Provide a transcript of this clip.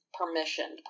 permission